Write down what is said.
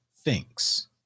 thinks